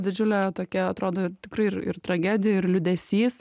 didžiulė tokia atrodo tikrai ir ir tragedija ir liūdesys